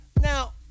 Now